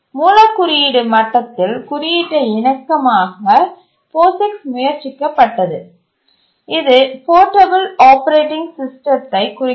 மூலக் குறியீடு மட்டத்தில் குறியீட்டை இணக்கமாக்க POSIX முயற்சிக்கப்பட்டது இது போர்ட்டபிள் ஆப்பரேட்டிங் சிஸ்டத்தை குறிக்கிறது